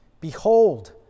Behold